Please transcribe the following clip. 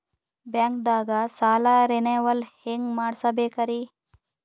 ಬ್ಯಾಂಕ್ದಾಗ ಸಾಲ ರೇನೆವಲ್ ಹೆಂಗ್ ಮಾಡ್ಸಬೇಕರಿ?